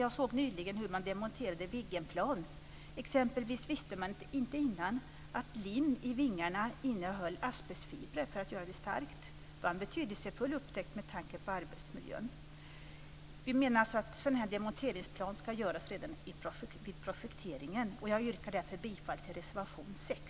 Jag såg nyligen hur man demonterade Viggenplan. T.ex. visste man inte innan att limmet i vingarna innehöll asbestfibrer för att göra det starkt. Det var en betydelsefull upptäckt med tanke på arbetsmiljön. Vi menar att en demonteringsplan ska göras redan vid projekteringen. Jag yrkar därför bifall till reservation 6.